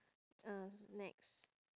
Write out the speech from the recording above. uh next